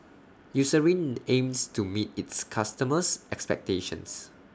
Eucerin aims to meet its customers' expectations